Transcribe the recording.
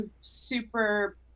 super